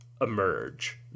emerge